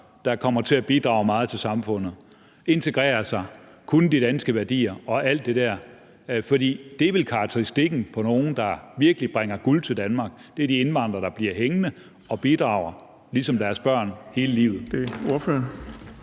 der kommer til at bidrage meget til samfundet, som integrerer sig, som lærer de danske værdier og alt det der? For det er vel karakteristikken på dem, som virkelig bringer guld til Danmark, nemlig at de pågældende og deres børn bliver hængende og bidrager hele livet.